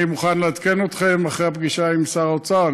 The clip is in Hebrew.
אני מוכן לעדכן אתכם אחרי הפגישה עם שר האוצר.